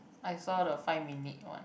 I saw the five minute one